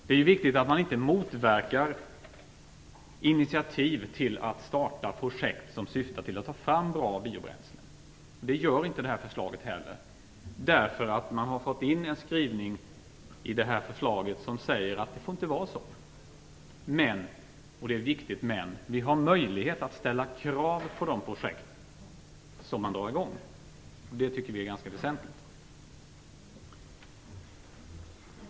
Det är viktigt att man inte motverkar initiativ till att starta projekt som syftar till att ta fram bra biobränslen, vilket heller inte detta förslag gör. I förslaget finns en skrivning som säger att det inte får vara så. Men - och det är ett viktigt men - vi har möjlighet att ställa krav på de projekt som dras i gång. Det tycker vi är ganska väsentligt.